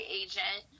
agent